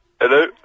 Hello